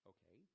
Okay